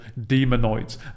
demonoids